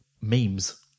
memes